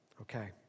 Okay